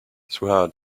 throughout